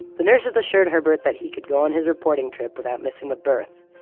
the nurses assured herbert that he could go on his reporting trip without missing the birth,